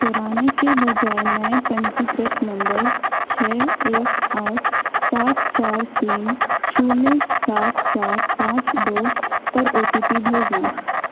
पुराने के बजाय नए पंजीकृत नम्बर छः एक आठ सात चार तीन शून्य सात चार पाँच दो पर ओ टी पी भेजें